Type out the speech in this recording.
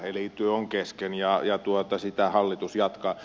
eli työ on kesken ja sitä hallitus jatkaa